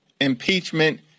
impeachment